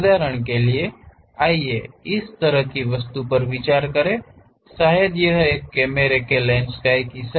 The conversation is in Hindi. उदाहरण के लिए आइए इस तरह की वस्तु पर विचार करें शायद यह एक कैमरे के लेंस का एक हिस्सा